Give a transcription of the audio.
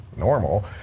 normal